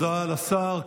תודה לשר.